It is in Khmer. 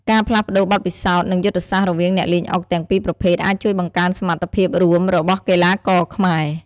ការផ្លាស់ប្តូរបទពិសោធន៍ និងយុទ្ធសាស្ត្ររវាងអ្នកលេងអុកទាំងពីរប្រភេទអាចជួយបង្កើនសមត្ថភាពរួមរបស់កីឡាករខ្មែរ។